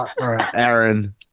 aaron